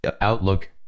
Outlook